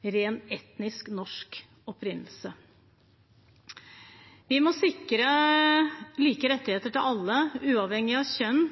ren etnisk norsk opprinnelse. Vi må sikre like rettigheter for alle, uavhengig av kjønn,